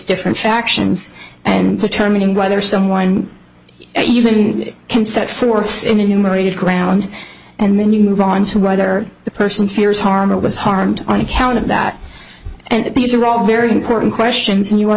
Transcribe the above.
different factions and determining whether someone even can set forth in enumerated ground and then you move on to either the person fears harm or was harmed on account of that and these are all very important questions and you are